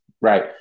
Right